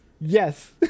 yes